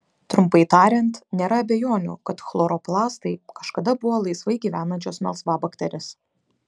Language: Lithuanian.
trumpai tariant nėra abejonių kad chloroplastai kažkada buvo laisvai gyvenančios melsvabakterės